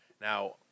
Now